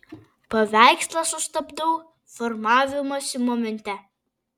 paveikslą sustabdau formavimosi momente